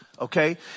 okay